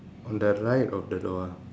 on the right of the door ah